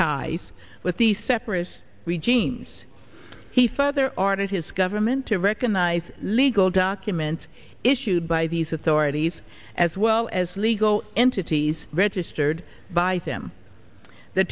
ties with the separatists we jeans he further ordered his government to recognize legal documents issued by these authorities as well as legal entities registered by them the